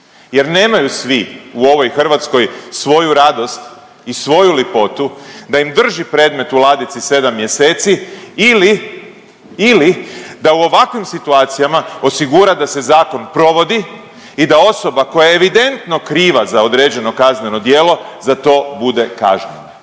jer nemaju svi u ovoj Hrvatskoj svoju radost i svoju lipotu da im drži predmet u ladici 7 mjeseci ili, ili da u ovakvim situacijama osigura da se zakon provodi i da osoba koja je evidentno kriva za određeno kazneno djelo za to bude kažnjena.